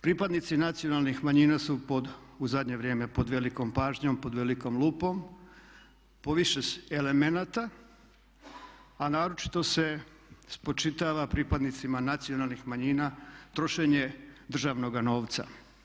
Pripadnici nacionalnih manjina su pod, u zadnje vrijeme pod velikom pažnjom, pod velikom lupom po više elemenata, a naročito se spočitava pripadnicima nacionalnih manjina trošenje državnoga novca.